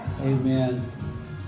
Amen